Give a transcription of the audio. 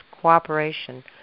cooperation